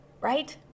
right